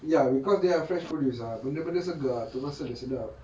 ya because they are fresh produced ah benda-benda segar tu rasa lebih sedap